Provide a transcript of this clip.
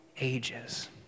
ages